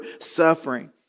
suffering